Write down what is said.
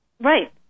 Right